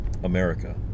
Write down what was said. America